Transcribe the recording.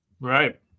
Right